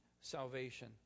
salvation